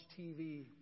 TV